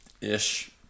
Ish